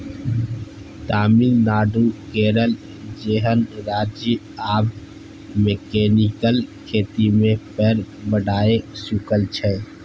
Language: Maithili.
तमिलनाडु, केरल जेहन राज्य आब मैकेनिकल खेती मे पैर बढ़ाए चुकल छै